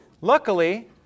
Luckily